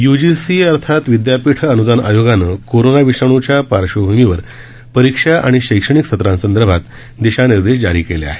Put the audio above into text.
UGC अर्थात विदयापीठ अनुदान आयोगानं कोरोना विषाणुच्या पार्श्वभूमीवर परीक्षा आणि शैक्षणिक सत्रांसंदर्भात दिशानिर्देश जारी केले आहेत